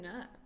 up